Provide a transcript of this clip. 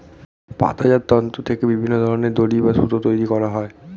পাতাজাত তন্তু থেকে বিভিন্ন ধরনের দড়ি বা সুতো তৈরি করা হয়